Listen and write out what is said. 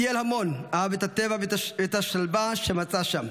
הוא טייל המון, אהב את הטבע ואת השלווה שמצא שם.